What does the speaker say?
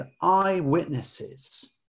eyewitnesses